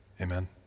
amen